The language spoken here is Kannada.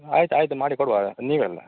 ಆಯಿತು ಆಯಿತು ಮಾಡಿಕೊಡುವ ನೀವೇ ಅಲ್ವಾ